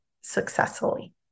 successfully